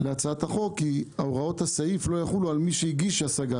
להצעת החוק כי הוראות הסעיף לא יחולו על מי שהגיש השגה.